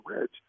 Ridge